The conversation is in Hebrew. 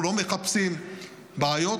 אנחנו לא מחפשים בעיות,